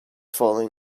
falling